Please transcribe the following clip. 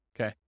Okay